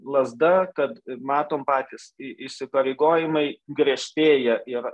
lazda kad matome patys įsipareigojimai griežtėja ir